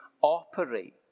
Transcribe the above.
operate